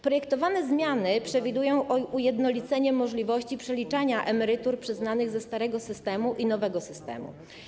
Projektowane zmiany przewidują ujednolicenie możliwości przeliczania emerytur przyznanych ze starego systemu i nowego systemu.